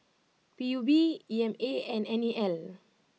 P U B E M A and N E L